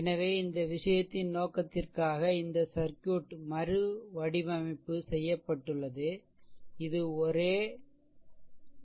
எனவே இந்த விஷயத்தின் நோக்கத்திற்காக இந்த சர்க்யூட் மறுவடிவமைப்பு செய்யப்பட்டுள்ளது இது ஓரே ஒரு